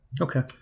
Okay